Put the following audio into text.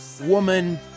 woman